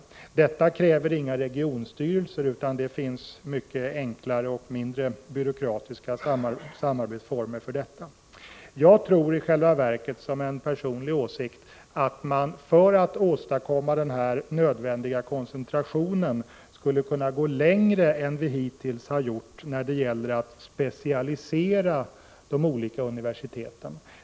Detta kräver inga regionstyrelser, utan det finns mycket enklare och mindre byråkratiska samarbetsformer för det. Jag tror i själva verket, som en personlig åsikt, att man, för att åstadkomma den nödvändiga koncentratio nen, skulle kunna gå längre än vi hittills har gjort när det gäller att specialisera de olika universiteten.